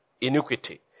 iniquity